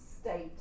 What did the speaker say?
state